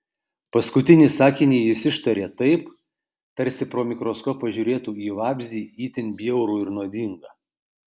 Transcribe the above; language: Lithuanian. paskutinį sakinį jis ištarė taip tarsi pro mikroskopą žiūrėtų į vabzdį itin bjaurų ir nuodingą